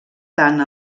tant